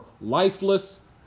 lifeless